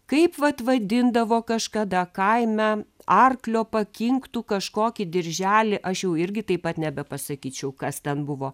kaip vat vadindavo kažkada kaime arklio pakinktų kažkokį dirželį aš jau irgi taip pat nebepasakyčiau kas ten buvo